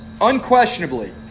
unquestionably